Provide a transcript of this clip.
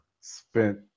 Spent